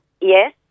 Yes